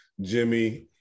Jimmy